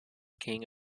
king